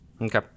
okay